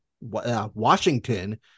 Washington